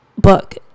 book